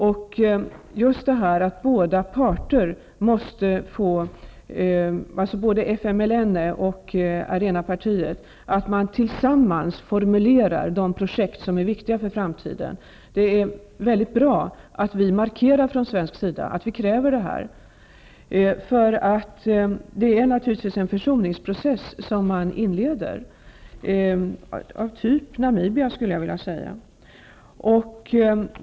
Det är mycket bra att vi från svensk sida markerar att vi kräver att båda parter, dvs. FMLN och Arena-partiet, tillsammans formule rar de projekt som är viktiga för framtiden. Det är naturligtvis en försoningsprocess som man inleder, liknande den i Na mibia.